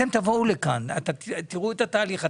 אתם תבואו לכאן, תראו את התהליך.